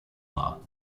law